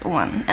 one